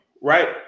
right